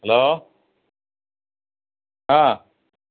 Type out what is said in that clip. hello ആ